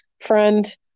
friend